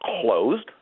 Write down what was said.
closed